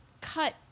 cut